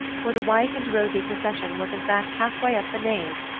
for the white and rosy procession was in fact half way up the nave,